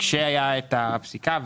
כשהייתה הפסיקה,